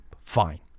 fine